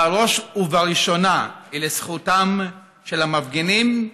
הוא בראש ובראשונה לזכותם של המפגינים,